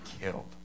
killed